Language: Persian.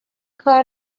کار